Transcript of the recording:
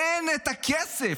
אין את הכסף.